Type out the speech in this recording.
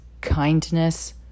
Kindness